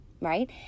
right